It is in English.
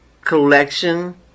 collection